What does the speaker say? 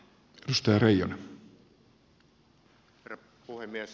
herra puhemies